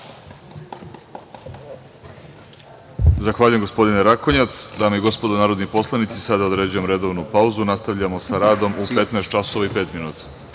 Zahvaljujem, gospodine Rakonjac. Dame i gospodo narodni poslanici, sada određujem redovnu pauzu. Nastavljamo sa radom u 15 časova